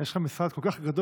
יש לך משרד כל כך גדול,